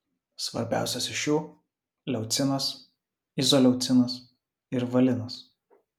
svarbiausios iš jų leucinas izoleucinas ir valinas